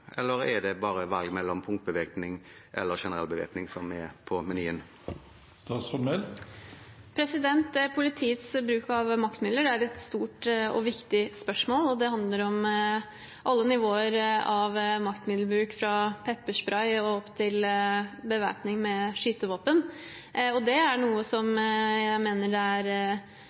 eller er det bare valg mellom punktbevæpning eller generell bevæpning som er på menyen? Politiets bruk av maktmidler er et stort og viktig spørsmål, og det handler om alle nivåer av maktmiddelbruk – fra pepperspray til bevæpning med skytevåpen. Det er noe jeg mener det er